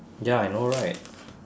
ya I know right